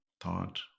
thought